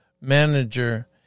manager